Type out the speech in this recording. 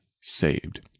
saved